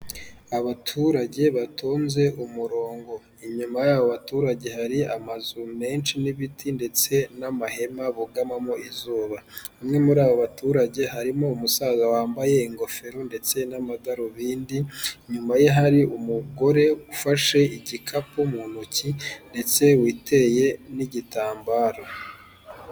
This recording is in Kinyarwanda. Abaturage batunze umurongo inyuma y'abaturage hari amazu menshi n'ibiti ndetse n'amahema bugamamo izuba, bamwe muri abo baturage harimo umusaza wambaye ingofero ndetse n'amadarubindi, inyuma ye hari umugore ufashe igikapu mu ntoki ndetse witeye n'igitambaro.